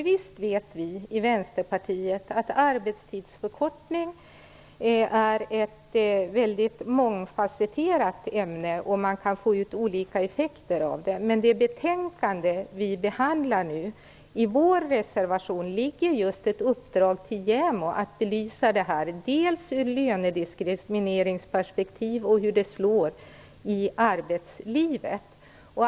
Visst vet vi i Vänsterpartiet att arbetstidsförkortningen är ett väldigt mångfasetterat ämne. Man kan få ut olika effekter av det. I det betänkande som vi nu behandlar har vi en reservation där vi vill ge ett uppdrag till JämO att belysa frågan i lönediskrimineringsperspektiv, hur det slår i arbetslivet.